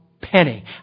penny